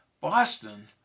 Boston